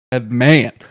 man